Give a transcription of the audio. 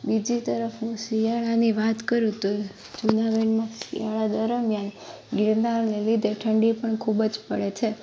બીજી તરફ હું શિયાળાની વાત કરું તો જૂનાગઢમાં શિયાળા દરમિયાન ગીરનારને લીધે ઠંડી પણ ખૂબ જ પડે છે